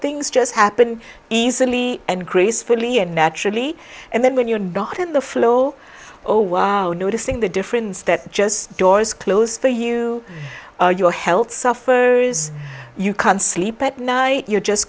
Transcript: things just happen easily and gracefully and naturally and then when you're not in the flow all noticing the difference that just doors close for you your health suffers you can't sleep at night you're just